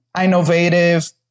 innovative